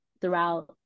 throughout